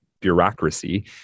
bureaucracy